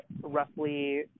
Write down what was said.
roughly